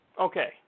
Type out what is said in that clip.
Okay